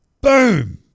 boom